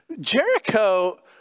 Jericho